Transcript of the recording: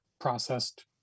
processed